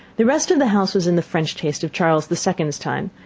the rest of the house was in the french taste of charles the second's time,